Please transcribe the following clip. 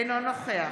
אינו נוכח